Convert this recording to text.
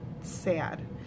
sad